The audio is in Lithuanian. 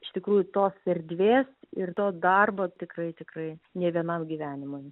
iš tikrųjų tos erdvės ir to darbo tikrai tikrai ne vienam gyvenimui